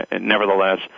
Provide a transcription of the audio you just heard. nevertheless